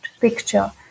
picture